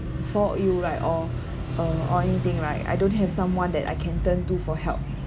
fall ill right or uh or anything right I don't have someone that I can turn to for help